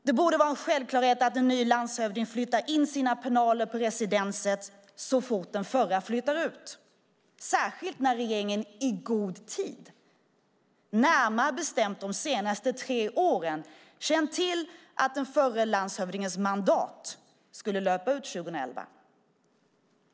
Det borde vara en självklarhet att en ny landshövding flyttar in sina pinaler på residenset så fort den förra flyttar ut, särskilt när regeringen i god tid, närmare bestämt de senaste tre åren, känt till att den förre landshövdingens mandat skulle löpa ut 2011.